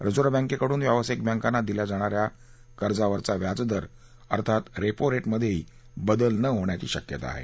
reserve बँकेकडून व्यावसायिक बँकांना दिल्या जाणा या कार्जावरचा व्याजदर अर्थात रेपो रेट मध्येही बदल न होण्याची शक्यता आहे